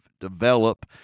develop